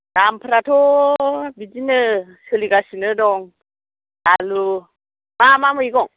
दामफ्राथ' बिदिनो सोलिगासिनो दं आलु मा मा मैगं